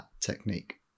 technique